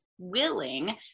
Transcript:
willing